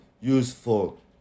useful